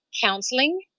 counseling